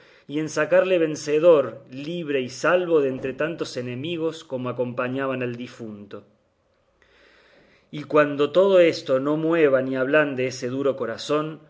y en sacarle vencedor libre y salvo de entre tantos enemigos como acompañaban al difunto y cuando todo esto no mueva ni ablande ese duro corazón